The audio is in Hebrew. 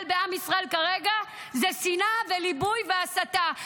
ובעם ישראל כרגע זה שנאה וליבוי והסתה.